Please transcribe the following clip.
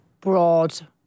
broad